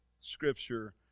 scripture